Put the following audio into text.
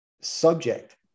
subject